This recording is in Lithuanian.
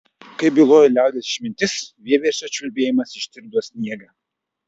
kaip byloja liaudies išmintis vieversio čiulbėjimas ištirpdo sniegą